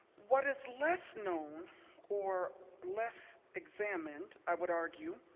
what is less known or less examined, i would argue,